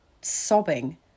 sobbing